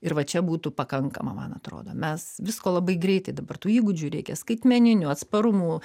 ir va čia būtų pakankama man atrodo mes visko labai greitai dabar tų įgūdžių reikia skaitmeninių atsparumų